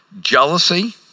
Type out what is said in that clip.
Jealousy